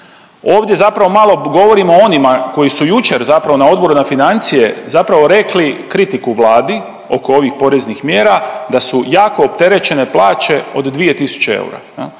ovdje zapravo malo govorimo o onima koji su jučer zapravo na odboru na financije zapravo rekli kritiku Vladi oko ovih poreznih mjera da su jako opterećene plaće od 2 tisuće eura.